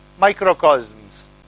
microcosms